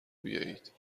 بیایید